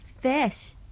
fish